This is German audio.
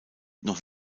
noch